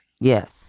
Yes